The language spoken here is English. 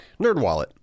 NerdWallet